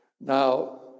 Now